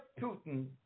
Putin